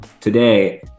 today